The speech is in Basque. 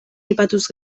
aipatuz